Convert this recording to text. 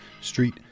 street